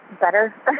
better